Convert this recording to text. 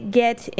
get